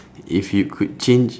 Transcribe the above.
if you could change